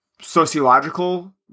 sociological